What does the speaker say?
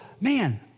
man